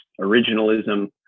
Originalism